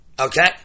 Okay